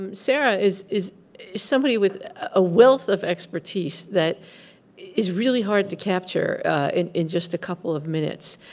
um sara is is somebody with a wealth of expertise that is really hard to capture in in just a couple of minutes.